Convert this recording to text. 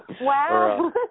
Wow